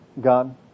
God